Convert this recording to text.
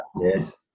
yes